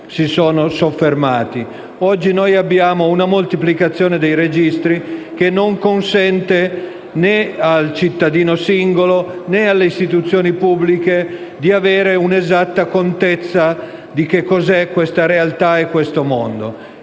Oggi abbiamo una moltiplicazione dei registri che non consente né al cittadino singolo né alle istituzioni pubbliche di avere un'esatta contezza di cosa sia questo mondo.